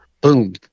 boom